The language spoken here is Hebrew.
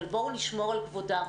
אבל בואו נשמור על כבודם.